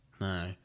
No